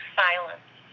silence